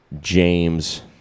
James